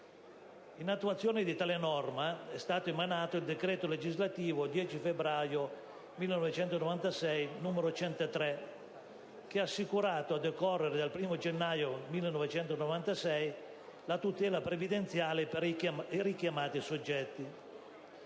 In attuazione di tale norma è stato emanato il decreto legislativo 10 febbraio 1996, n. 103, che ha assicurato a decorrere dal 1° gennaio 1996 la tutela previdenziale per i richiamati soggetti.